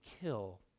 kill